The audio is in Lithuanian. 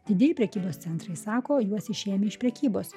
didieji prekybos centrai sako juos išėmė iš prekybos